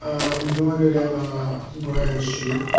i'm doing it it in grand chute.